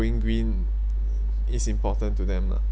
being green is important to them lah